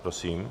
Prosím.